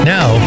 Now